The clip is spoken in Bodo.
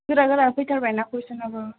गोरा गोरा फैथारबायना कुइस'नआबो